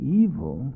evil